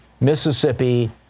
Mississippi